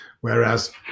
Whereas